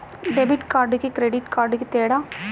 Debit కార్డుకి credit కార్డుకి తేడా?